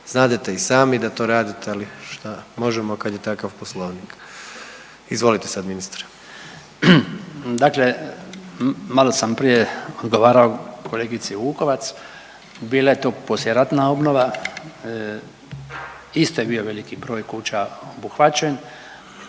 Znadete i sami da to radite, ali šta možemo kad je takav poslovnik. Izvolite sada ministre. **Bačić, Branko (HDZ)** Dakle, malo sam prije odgovarao kolegici Vukovac, bila je to poslijeratna obnova, isto je bio veliki broj kuća obuhvaćen,